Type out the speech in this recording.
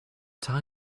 tell